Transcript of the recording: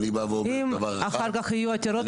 אני בא ואומר דבר אחד --- אם אחר כך יהיו עתירות